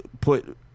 put